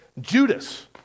Judas